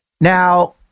Now